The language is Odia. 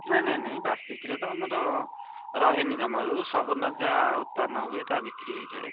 ନାହିଁ ନାହିଁ ନାହିଁ ବାସି କ୍ଷୀର ତ ଆମର ରହେନି ଜମାରୁ ସବୁଦିନ ଯାହା ଉତ୍ପାଦନ ହୁଏ ତାହା ବିକ୍ରି ହେଇଯାଏ